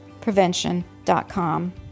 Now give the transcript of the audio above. prevention.com